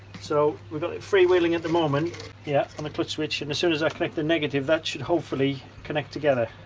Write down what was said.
so we've got it freewheeling at the moment yeah on the clutch switch and as soon as i connect the negative that should hopefully connect together.